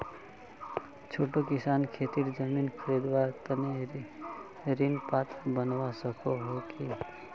छोटो किसान खेतीर जमीन खरीदवार तने ऋण पात्र बनवा सको हो कि?